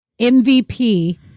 MVP